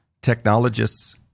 technologists